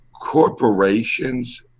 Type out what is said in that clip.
corporations